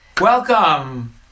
Welcome